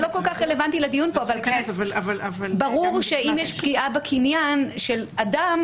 זה לא כל כך רלוונטי לדיון כאן אבל ברור שאם יש פגיעה בקניין של אדם,